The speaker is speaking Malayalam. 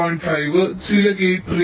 5 ചില ഗേറ്റ് 3